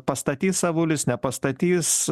pastatys avulis nepastatys